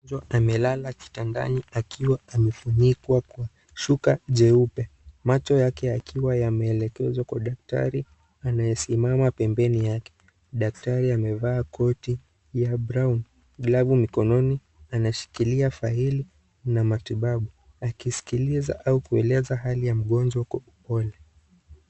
Mgonjwa amelala kitandani akiwa amefunikwa Kwa shuka jeupe, macho yake yakiwa yameelekezwa Kwa daktari anayesimama pempeni yake, daktari amevaa koti na (CS)brown(CS )halafu mkononi anashikilia faili na matibabu akiskiliza au kueleza hali ya mgonjwa Kwa upole.